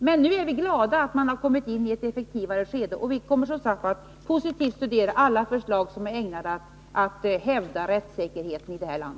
Men nu är vi glada att man har kommit in i ett effektivare skede, och vi kommer som sagt att positivt studera alla förslag som är ägnade att hävda rättssäkerheten i detta land.